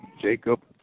Jacob